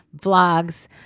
vlogs